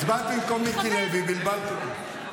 הצבעת במקום מיקי לוי, בלבלת אותי.